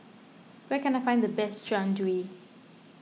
where can I find the best Jian Dui